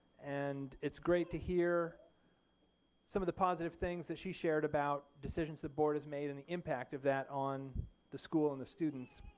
and it's great to hear some of the positive things that she shared about decisions the board has made and the impact of that on the school and the students.